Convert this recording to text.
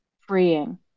freeing